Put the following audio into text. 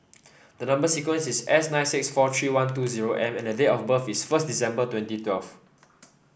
the number sequence is S nine six four three one two zero M and date of birth is first December twenty twelve